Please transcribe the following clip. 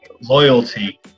loyalty